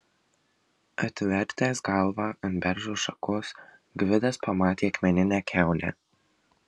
atvertęs galvą ant beržo šakos gvidas pamatė akmeninę kiaunę